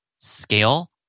scale